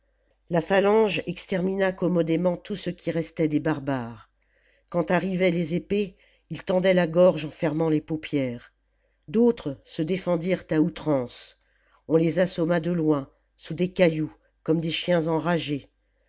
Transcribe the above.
la phalange extermina commodément tout ce qui restait de barbares quand arrivaient les épées ils tendaient la gorge en fermant les paupières d'autres se défendirent à outrance on les assomma de loin sous des cailloux comme des chiens enragés